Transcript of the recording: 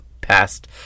past